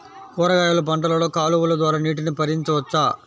కూరగాయలు పంటలలో కాలువలు ద్వారా నీటిని పరించవచ్చా?